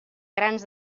grans